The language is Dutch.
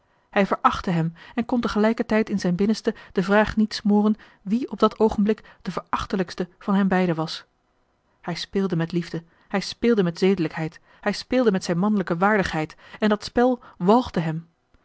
hij verachtte hem en kon tegelijkertijd in zijn binnenste de vraag niet smoren wie op dat oogenblik de verachtelijkste van hen beiden was hij speelde met liefde hij speelde met zedelijkheid hij speelde met zijn mannelijke waardigheid en dat spel walgde hem